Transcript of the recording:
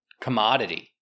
commodity